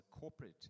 corporate